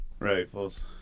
Rifles